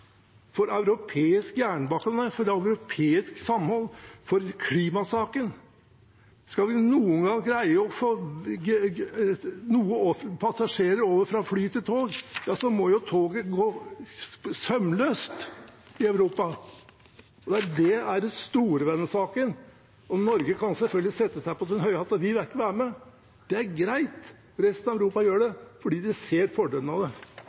for europeisk jernbane, for europeisk samhold, for klimasaken? Skal vi noen gang greie å få passasjerer over fra fly til tog, må toget gå sømløst i Europa. Det er det store ved denne saken. Norge kan selvfølgelig sette seg på sin høye hest og ikke ville være med. Det er greit – resten av Europa gjør det fordi de ser fordelen av det.